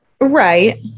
Right